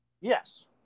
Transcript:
Yes